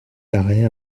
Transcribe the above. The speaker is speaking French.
barret